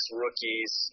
rookies